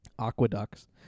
Aqueducts